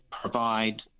provide